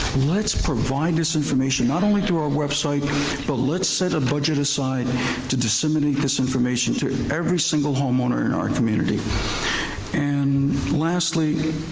let's provide this information, not only through our website but let's set a budget aside to disseminate this information to every single homeowner in our community and lastly.